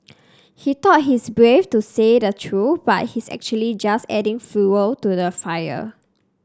he thought he's brave for saying the truth but he's actually just adding fuel to the fire